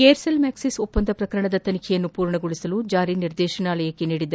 Aircel Maxis ಒಪ್ಪಂದ ಪ್ರಕರಣದ ತನಿಖೆಯನ್ನು ಪೂರ್ಣಗೊಳಿಸಲು ಜಾರಿನಿರ್ದೇಶನಾಲಯಕ್ಕೆ ನೀಡಿದ್ದ